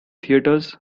theatres